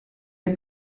are